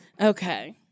Okay